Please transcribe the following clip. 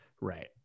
right